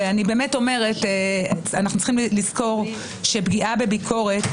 אנחנו צריכים לזכור שפגיעה בביקורת